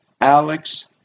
Alex